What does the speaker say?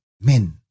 men